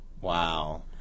wow